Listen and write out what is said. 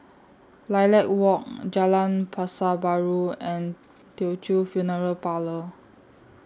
Lilac Walk Jalan Pasar Baru and Teochew Funeral Parlour